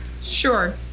Sure